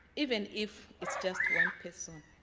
even if it's just one person.